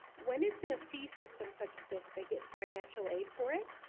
when it's in a fee system such as this, they get financial aid for it,